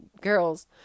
girls